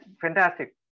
Fantastic